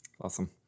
awesome